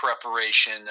preparation